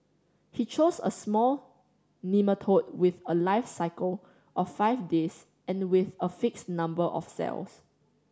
he chose a small nematode with a life cycle of five days and with a fixed number of cells